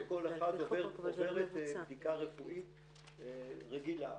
כל אחת עוברת בדיקה רפואית רגילה,